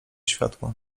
światło